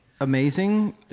Amazing